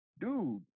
dude